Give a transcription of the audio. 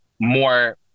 more